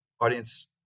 audience